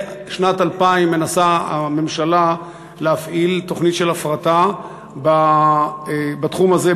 משנת 2000 מנסה הממשלה להפעיל תוכנית של הפרטה בתחום הזה,